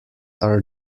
are